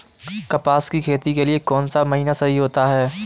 कपास की खेती के लिए कौन सा महीना सही होता है?